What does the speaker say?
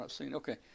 Okay